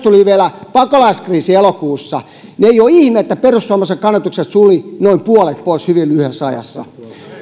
tuli vielä pakolaiskriisi elokuussa niin ettei ole ihme että perussuomalaisten kannatuksesta suli noin puolet pois hyvin lyhyessä ajassa